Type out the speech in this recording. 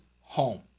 home